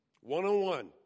One-on-one